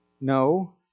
No